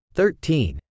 Thirteen